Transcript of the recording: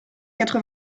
quatre